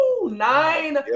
Nine